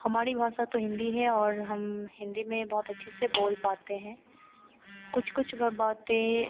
हमारी भाषा तो हिन्दी है और हम हिन्दी में बहुत अच्छे से बोल पाते हैं कुछ कुछ बातें